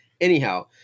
Anyhow